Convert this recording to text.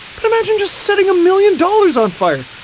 but imagine just setting a million dollars on fire.